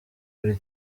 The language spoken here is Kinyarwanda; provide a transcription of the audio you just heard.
buri